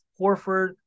Horford